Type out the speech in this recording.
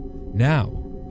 Now